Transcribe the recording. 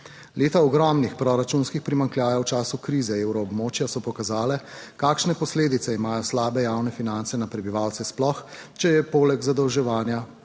Leta ogromnih proračunskih primanjkljajev v času krize Evroobmočja so pokazale, kakšne posledice imajo slabe javne finance na prebivalce, sploh če je poleg zadolževanja,